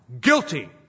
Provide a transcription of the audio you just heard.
Guilty